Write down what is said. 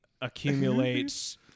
accumulates